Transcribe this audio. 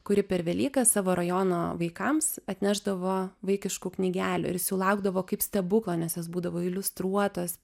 kuri per velykas savo rajono vaikams atnešdavo vaikiškų knygelių ir is jų laukdavo kaip stebuklo nes jos būdavo iliustruotos